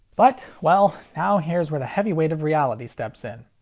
but, well, now here's where the heavy weight of reality steps in.